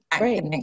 Right